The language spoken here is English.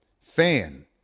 fan